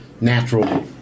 natural